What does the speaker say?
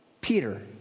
Peter